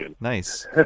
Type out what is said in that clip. nice